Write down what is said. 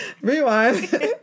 Rewind